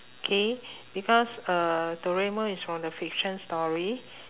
okay because uh doraemon is from the fiction story